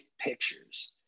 pictures